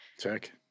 Check